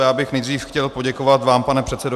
Já bych nejdřív chtěl poděkovat vám, pane předsedo.